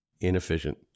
inefficient